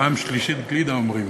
פעם שלישית גלידה, אומרים.